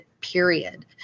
period